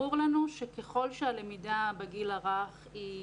ברור לנו שככל שהלמידה בגיל הרך היא